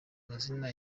mazina